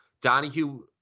Donahue